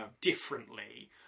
differently